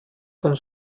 von